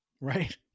Right